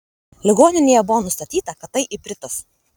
ligoninėje buvo nustatyta kad tai ipritas